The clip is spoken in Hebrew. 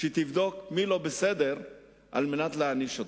שתבדוק מי לא בסדר כדי להעניש אותו.